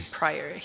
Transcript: prior